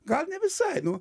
gal ne visai nu